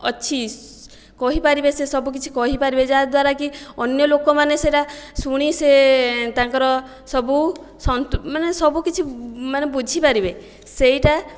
ଅଛି କହିପାରିବେ ସେ ସବୁକିଛି କହିପାରିବେ ଯାହାଦ୍ୱାରାକି ଅନ୍ୟ ଲୋକମାନେ ସେରା ଶୁଣି ସେ ତାଙ୍କର ସବୁ ମାନେ ସବୁକିଛି ମାନେ ବୁଝିପାରିବେ ସେଇଟା